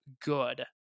good